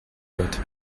wird